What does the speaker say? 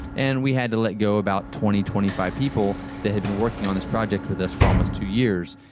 and we had to let go about twenty, twenty five people that had been working on this project with us for almost two years.